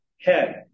head